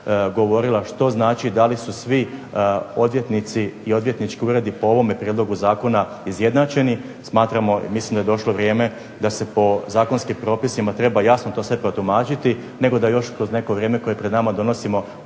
što znači da li su svi odvjetnici i odvjetnički uredi po ovome prijedlogu zakona izjednačeni, smatramo i mislim da je došlo vrijeme da se po zakonskim propisima treba jasno to sve protumačiti, nego da još kroz neko vrijeme koje je pred nama donosimo